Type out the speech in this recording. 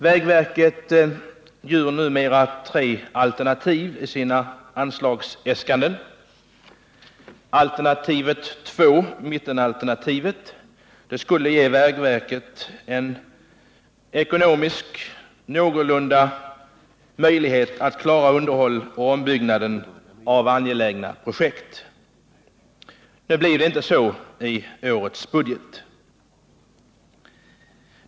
Vägverket bjuder numera tre alternativ i sina anslagsäskanden. Alternativet 2, mittenalternativet, skulle ha givit vägverket en någorlunda rimlig ekonomisk möjlighet att klara underhåll och ombyggnader av angelägna projekt. Nu kunde inte detta tillgodoses i årets budget.